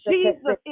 Jesus